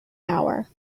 hour